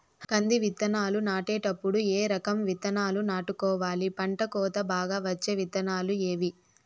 కంది విత్తనాలు నాటేటప్పుడు ఏ రకం విత్తనాలు నాటుకోవాలి, పంట కోత బాగా వచ్చే విత్తనాలు ఏవీ?